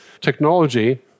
Technology